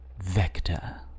Vector